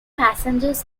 passengers